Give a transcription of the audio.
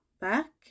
back